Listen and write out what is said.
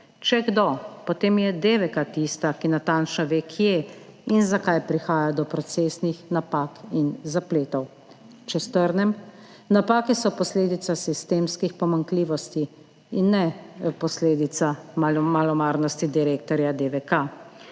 Če kdo, potem je DVK tista, ki natančno ve, kje in zakaj prihaja do procesnih napak in zapletov. Če strnem, napake so posledica sistemskih pomanjkljivosti in ne posledica malomarnosti direktorja DVK.